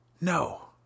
No